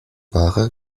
ware